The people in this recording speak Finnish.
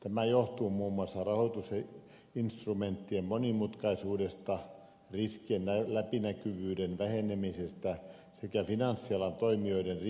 tämä johtuu muun muassa rahoitusinstrumenttien monimutkaisuudesta riskien läpinäkyvyyden vähenemisestä sekä finanssialan toimijoiden